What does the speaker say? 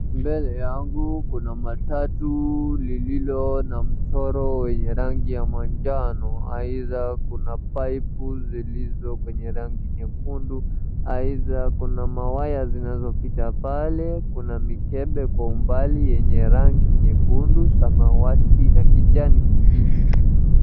Mbele yangu kuna matatu lililo na mchoro wa rangi ya manjano aidha kuna pipu zilizo kwenye rangi nyekundu aidha kuna mawaya zilizopita pale kuna mikembe kwa umbali yenye rangi nyekundu, samawati na kijani kibichi.